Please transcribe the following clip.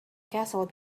castle